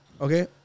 Okay